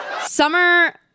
Summer